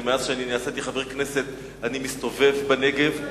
ומאז שנעשיתי חבר הכנסת אני מסתובב בנגב,